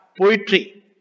Poetry